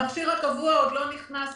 המכשיר הקבוע עוד לא נכנס,